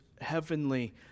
heavenly